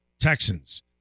Texans